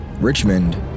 Richmond